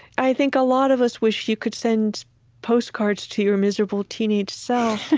i think a lot of us wish you could send postcards to your miserable teenaged self.